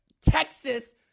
texas